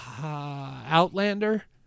Outlander